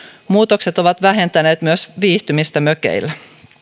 muutokset ovat vähentäneet myös viihtymistä mökeillä